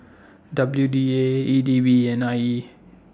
W D A A D B and I E